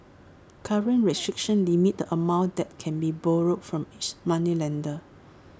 current restrictions limit the amount that can be borrowed from each moneylender